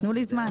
תנו לי זמן.